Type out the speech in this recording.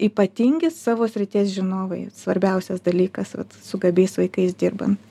ypatingi savo srities žinovai svarbiausias dalykas vat su gabiais vaikais dirbant